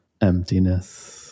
emptiness